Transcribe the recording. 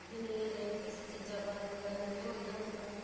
जिन्ने चिरै च किसै चीजै दा पता चलदा इन्ने चिरे होई गेदा होंदा